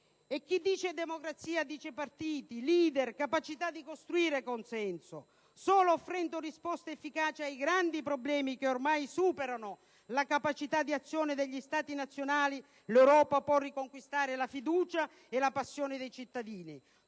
E chi dice democrazia, dice partiti, leader, capacità di costruire consenso. Solo offrendo risposte efficaci ai grandi problemi che ormai superano la capacità di azione degli Stati nazionali, l'Europa può riconquistare la fiducia e la passione dei cittadini.